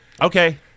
Okay